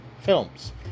films